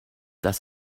does